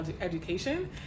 education